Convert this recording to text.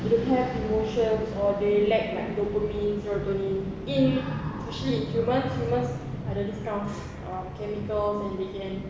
they don't have emotions or they lack like dopamine serotonin in especially in humans humans ada this kind of chemicals